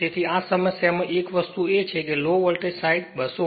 તેથી આ સમસ્યામાં એક વસ્તુ એ છે કે લો વોલ્ટેજ સાઇડ 200 વોલ્ટની છે